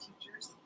teachers